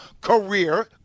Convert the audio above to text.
career